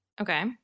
Okay